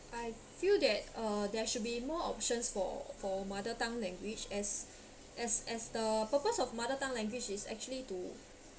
I feel that uh there should be more options for for mother tongue language as as as the purpose of mother tongue language is actually to